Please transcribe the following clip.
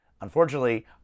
Unfortunately